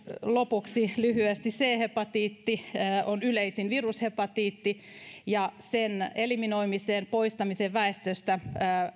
lopuksi lyhyesti c hepatiitti on yleisin virushepatiitti ja sen eliminoimiseen poistamiseen väestöstä